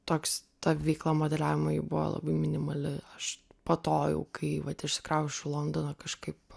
toks ta veikla modeliavimo ji buvo labai minimali aš po to jau kai vat išsikrausčiau į londoną kažkaip